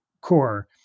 core